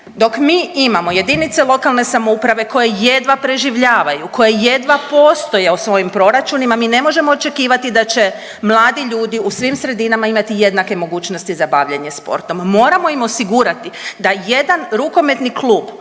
dok mi imamo jedinice lokalne samouprave koje jedva preživljavaju, koje jedna postoje o svojim proračunima, mi ne možemo očekivati da će mladi ljudi u svim sredinama imati jednake mogućnosti za bavljenje sportom, moramo im osigurati da jedan rukometni klub